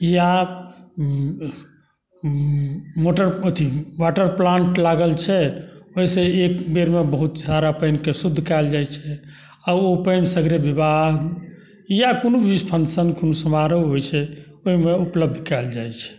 या मोटर अथी water plant लागल छै ओहिसँ एक बेरमे बहुत सारा पानिके शुद्ध कएल जाइ छै आओर ओ पानि सगरे विवाह या कोनो भी फंक्शन या कोनो समारोह होइ छै ओहिमे उपलब्ध कएल जाइ छै